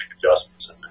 adjustments